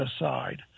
aside